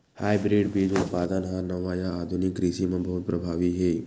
hybrid बीज उत्पादन हा नवा या आधुनिक कृषि मा बहुत प्रभावी हे